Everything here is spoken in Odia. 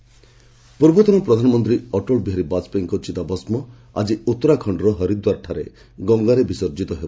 ବାଜପେୟୀ ଆସେସ୍ ପୂର୍ବତନ ପ୍ରଧାନମନ୍ତ୍ରୀ ଅଟଳବିହାରୀ ବାଜପେୟୀଙ୍କ ଚିତାଭସ୍କ ଆଜି ଉତ୍ତରାଖଣ୍ଡର ହରିଦ୍ୱାରଠାରେ ଗଙ୍ଗାରେ ବିସର୍ଜିତ ହେବ